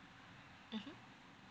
mmhmm